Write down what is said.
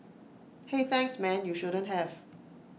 hey thanks man you shouldn't have